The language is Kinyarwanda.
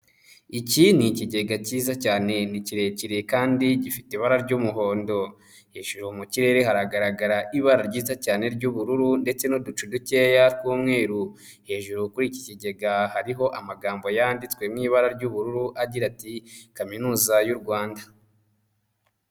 Iki ni ikigega cyiza cyane ni kirekire kandi gifite ibara ry'umuhondo, hejuru mu kirere haragaragara ibara ryiza cyane ry'ubururu ndetse n'uducu dukeya tw'umweru, hejuru kuri iki kigega hariho amagambo yanditswe mu ibara ry'ubururu agira ati Kaminuza y'u Rwanda.